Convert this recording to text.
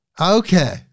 Okay